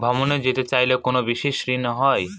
ভ্রমণে যেতে চাইলে কোনো বিশেষ ঋণ হয়?